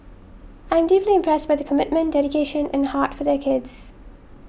I am deeply impressed by the commitment dedication and heart for their kids